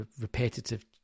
repetitive